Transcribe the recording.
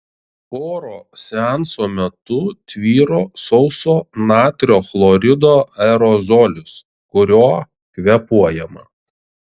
oro seanso metu tvyro sauso natrio chlorido aerozolis kuriuo kvėpuojama